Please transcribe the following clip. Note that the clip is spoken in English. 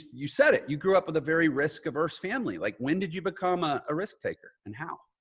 you said it, you grew up with a very risk averse family. like when did you become ah a risk taker and how?